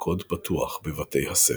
וקוד פתוח בבתי הספר,